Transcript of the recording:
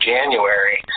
January